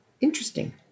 interesting